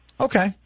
Okay